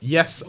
Yes